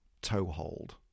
toehold